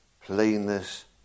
plainness